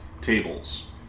tables